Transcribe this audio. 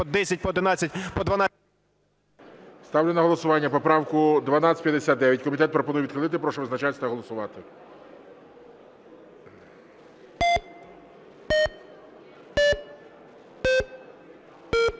Ставлю на голосування поправку 1259. Комітет пропонує відхилити. Прошу визначатися та голосувати.